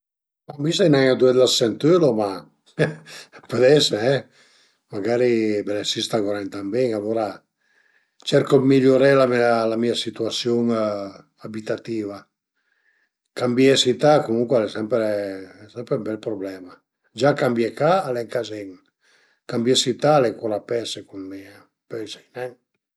Mi sai nen ëndua l'as sëntilu ma a pöl ese e, magari belesi stagu nen tan bin alura cercu d'migliuré la mia situasiun abitativa, cambié sità comuncue al e sempre sempre ün bel prublema, gia cambié ca al e ün cazin, cambié sità al e ancura pes secund mi, pöi sai nen